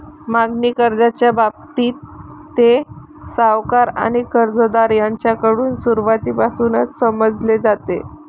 मागणी कर्जाच्या बाबतीत, ते सावकार आणि कर्जदार यांच्याकडून सुरुवातीपासूनच समजले जाते